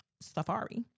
Safari